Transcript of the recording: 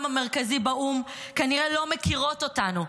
המרכזי באו"ם כנראה לא מכירות אותנו,